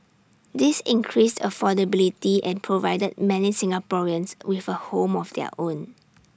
this increased affordability and provided many Singaporeans with A home of their own